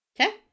Okay